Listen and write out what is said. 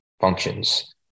functions